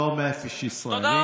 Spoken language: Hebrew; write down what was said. לא מאש ישראלית.